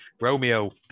Romeo